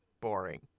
boring